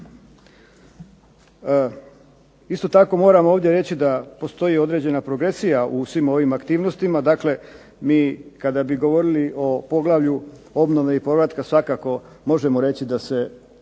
Isto tako moram ovdje reći da postoji određena progresija u svim ovim aktivnostima. Dakle mi kada bi govorili o poglavlju obnove i povratka svakako možemo reći da se